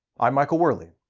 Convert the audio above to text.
i'm michael whirly.